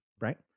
Right